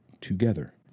together